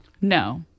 No